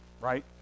right